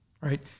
right